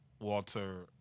Walter